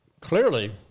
clearly